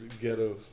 ghetto